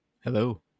hello